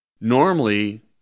normally